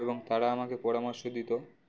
এবং তারা আমাকে পরামর্শ দিত